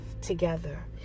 together